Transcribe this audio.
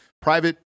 private